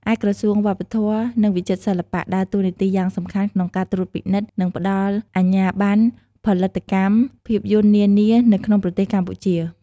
ឯក្រសួងវប្បធម៌ និងវិចិត្រសិល្បៈ ដើរតួនាទីយ៉ាងសំខាន់ក្នុងការត្រួតពិនិត្យ និងផ្តល់អាជ្ញាបណ្ណផលិតកម្មភាពយន្តនានានៅក្នុងប្រទេសកម្ពុជា។